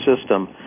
system